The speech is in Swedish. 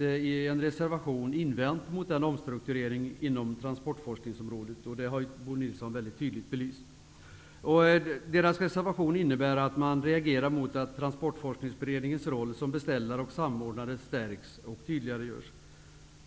i en reservation invänt mot omstruktureringen inom transportforskningsområdet. Bo Nilsson har mycket tydligt belyst detta. Reservationen innebär att man reagerar mot att Transportforskningsberedningens roll som beställare och samordnare stärks och tydligaregörs.